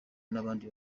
n’abandi